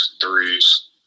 threes